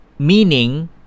Meaning